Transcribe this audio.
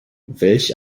welch